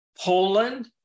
Poland